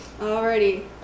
Alrighty